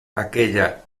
aquella